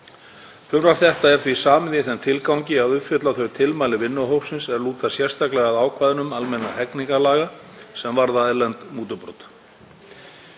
Frumvarp þetta er því samið í þeim tilgangi að uppfylla þau tilmæli vinnuhópsins er lúta sérstaklega að ákvæðum almennra hegningarlaga sem varða erlend mútubrot.